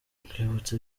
rwibutso